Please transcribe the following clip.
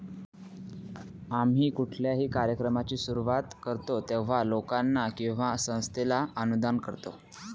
आम्ही कुठल्याही कार्यक्रमाची सुरुवात करतो तेव्हा, लोकांना किंवा संस्थेला अनुदान करतो